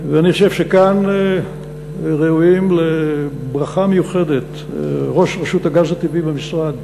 אני חושב שכאן ראויים לברכה מיוחדת ראש רשות הגז הטבעי במשרד,